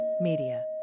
Media